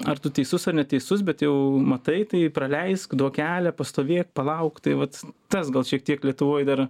ar tu teisus ar neteisus bet jau matai tai praleisk duok kelią pastovėk palauk tai vat tas gal šiek tiek lietuvoj dar